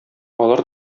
алар